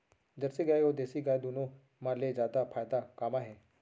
Jersey गाय अऊ देसी गाय दूनो मा ले जादा फायदा का मा हे?